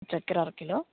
చక్కెర అరకిలో